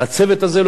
שר הפנים כאן,